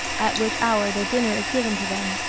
at which hour their dinner is given to them.